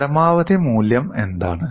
പരമാവധി മൂല്യം എന്താണ്